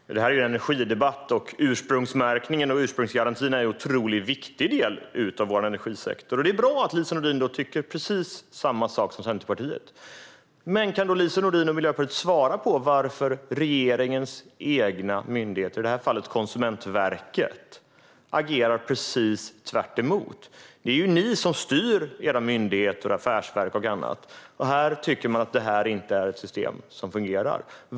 Herr talman! Detta är en energidebatt. Ursprungsmärkning och ursprungsgarantin är en otroligt viktig del av vår energisektor. Det är bra att Lise Nordin tycker precis samma sak som Centerpartiet. Men kan Lise Nordin och Miljöpartiet svara på varför regeringens egna myndigheter, i detta fall Konsumentverket, agerar precis tvärtemot? Det är ju ni som styr era myndigheter, affärsverk och annat, och detta system anses inte fungera.